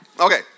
Okay